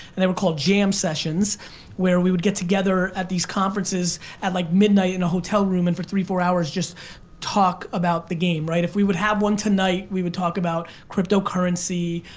and they were called jam sessions where we would get together at these conferences at like midnight in a hotel room and for three, four hours just talk about the game, right? if we would have one tonight, we would talk about cryptocurrency,